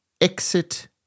exit